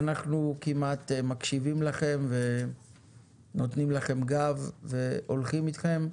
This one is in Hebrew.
ואנחנו כמעט מקשיבים לכם ונותנים לכם גב והולכים אתכם,